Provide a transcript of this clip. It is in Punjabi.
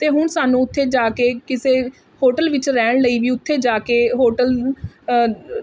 ਅਤੇ ਹੁਣ ਸਾਨੂੰ ਉੱਥੇ ਜਾ ਕੇ ਕਿਸੇ ਹੋਟਲ ਵਿੱਚ ਰਹਿਣ ਲਈ ਵੀ ਉੱਥੇ ਜਾ ਕੇ ਹੋਟਲ